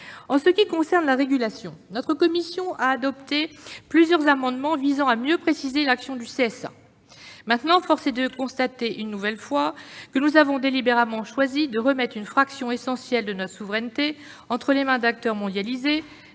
En ce qui concerne la régulation, la commission de la culture a adopté plusieurs amendements visant à mieux préciser l'action du CSA. Force est cependant de constater, une nouvelle fois, que nous avons délibérément choisi de remettre une fraction essentielle de notre souveraineté entre les mains d'acteurs mondialisés